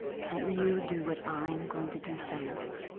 can't you do what i am going to do, philip?